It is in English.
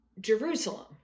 Jerusalem